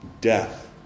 death